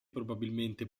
probabilmente